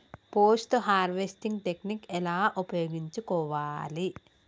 Post harvesting technique ఎలా ఉపయోగించుకోవాలి?